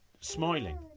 smiling